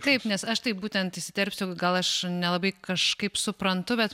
taip nes aš tai būtent įsiterpsiu gal aš nelabai kažkaip suprantu bet